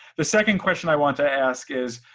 the second question i want to ask is,